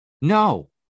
No